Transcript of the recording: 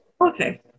okay